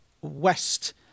west